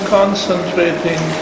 concentrating